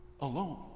alone